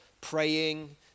praying